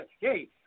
hey